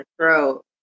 throat